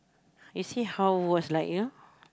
you see how was like you know